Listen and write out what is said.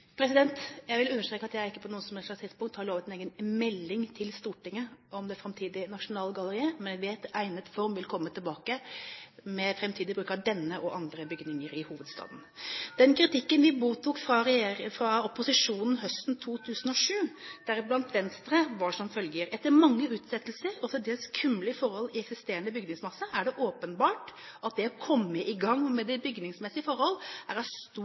Jeg vil understreke at jeg ikke på noe som helst tidspunkt har lovet en egen melding til Stortinget om det framtidige Nasjonalgalleriet, men vi vil i egnet form komme tilbake med framtidig bruk av denne og andre bygninger i hovedstaden. Den kritikken vi mottok fra opposisjonen høsten 2007, deriblant fra Venstre, var som følger: Etter mange utsettelser og til dels kummerlige forhold i eksisterende bygningsmasse er det åpenbart at det å komme i gang med de bygningsmessige forhold er av stor